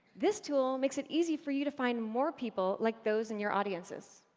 this tool makes it easy for you to find more people like those in your audiences.